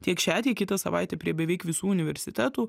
tiek šią tiek kitą savaitę prie beveik visų universitetų